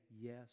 yes